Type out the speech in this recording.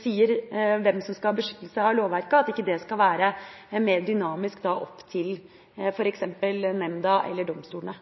sier hvem som skal ha beskyttelse av lovverket, at ikke det skal være mer dynamisk opp til f.eks. nemda eller domstolene.